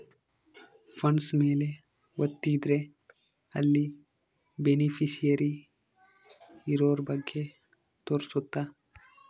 funds ಮೇಲೆ ವತ್ತಿದ್ರೆ ಅಲ್ಲಿ ಬೆನಿಫಿಶಿಯರಿ ಇರೋರ ಬಗ್ಗೆ ತೋರ್ಸುತ್ತ